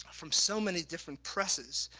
from so many different presses,